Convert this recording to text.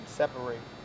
separate